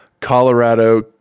Colorado